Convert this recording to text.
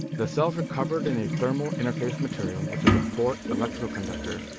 the cells are covered in a thermal interface material, which is a poor electrical conductor,